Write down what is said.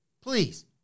Please